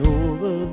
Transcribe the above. over